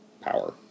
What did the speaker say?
power